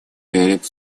перед